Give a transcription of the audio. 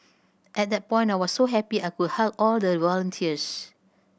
at that point I was so happy I could hug all the volunteers